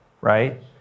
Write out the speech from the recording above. right